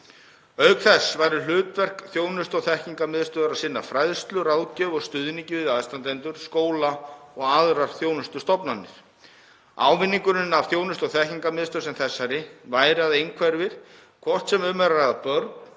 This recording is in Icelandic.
Auk þess væri hlutverk þjónustu- og þekkingarmiðstöðvarinnar að sinna fræðslu, ráðgjöf og stuðningi við aðstandendur, skóla og aðrar þjónustustofnanir. Ávinningurinn af þjónustu- og þekkingarmiðstöð sem þessari væri að einhverfir, hvort sem um er að ræða